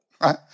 Right